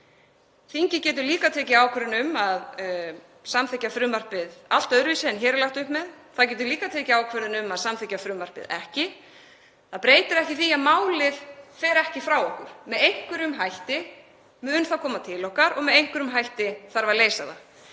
Þingið getur líka tekið ákvörðun um að samþykkja frumvarpið allt öðruvísi en hér er lagt upp með. Það getur líka tekið ákvörðun um að samþykkja frumvarpið ekki. Það breytir ekki því að málið fer ekki frá okkur. Það mun koma til okkar með einhverjum hætti og með einhverjum hætti þarf að leysa það.